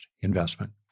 investment